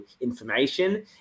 information